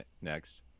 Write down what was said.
next